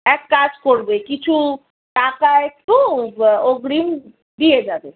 এক কাজ করবে কিছু টাকা একটু অগ্রিম দিয়ে যাবে